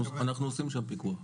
אנחנו עושים שם פיקוח.